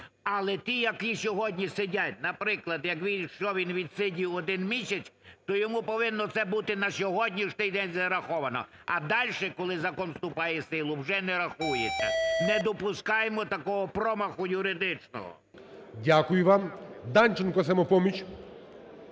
але ті, які сьогодні сидять. Наприклад, якщо він відсидів один місяць, то йому повинно це бути на сьогоднішній день зараховано, а далі, коли закон вступає в силу, вже не рахується, не допускаємо такого промаху юридичного. ГОЛОВУЮЧИЙ. Дякую вам. Данченко, "Самопоміч".